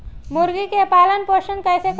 मुर्गी के पालन पोषण कैसे करी?